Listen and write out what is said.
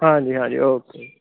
ਹਾਂਜੀ ਹਾਂਜੀ ਓ ਕੇ